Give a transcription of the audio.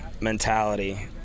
mentality